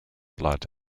blood